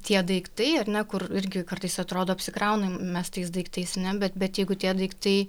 tie daiktai ar ne kur irgi kartais atrodo apsikraunam mes tais daiktais ane bet jeigu tie daiktai